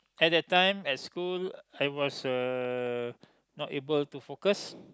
at that time at school I was uh not able to focus